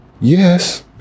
Yes